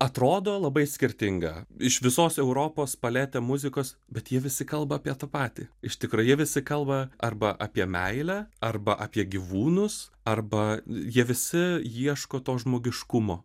atrodo labai skirtinga iš visos europos paletė muzikos bet jie visi kalba apie tą patį iš tikro jie visi kalba arba apie meilę arba apie gyvūnus arba jie visi ieško to žmogiškumo